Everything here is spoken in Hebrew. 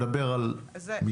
אני מדבר על משפחה.